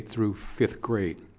through fifth grade.